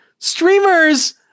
streamers